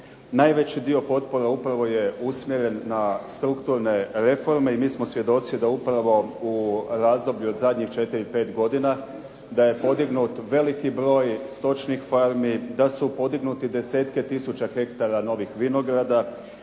Najveći dio potpora upravo je usmjeren na strukturne reforme i mi smo svjedoci da upravo u razdoblju od zadnjih 4, 5 godina da je podignut veliki broj stočnih farmi, da su podignuti desetke tisuća hektara novih vinograda,